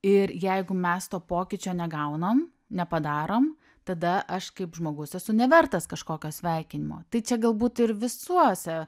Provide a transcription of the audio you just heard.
ir jeigu mes to pokyčio negaunam nepadarom tada aš kaip žmogus esu nevertas kažkokio sveikinimo tai čia galbūt ir visuose